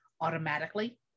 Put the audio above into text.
automatically